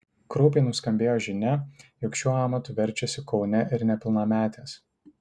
kraupiai nuskambėjo žinia jog šiuo amatu verčiasi kaune ir nepilnametės